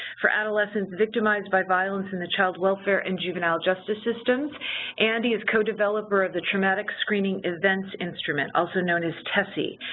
for adolescents victimized by violence in the child welfare and juvenile justice systems and he is codeveloper of the traumatic screening events instruments, also known as tesi.